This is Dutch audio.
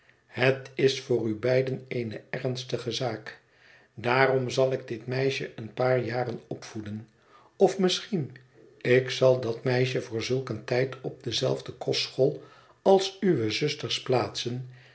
het is voor u beiden eene ernstige zaak daarom zal ik dit meisje een paar jaren opvoeden of misschien ik zal dat meisje voor zulk een tijd op dezelfde kostschool als uwe zusters plaatsen